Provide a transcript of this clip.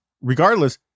regardless